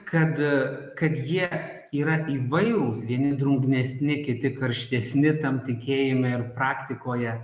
kad kad jie yra įvairūs vieni drungnesni kiti karštesni tam tikėjime ir praktikoje